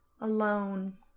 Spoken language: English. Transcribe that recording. alone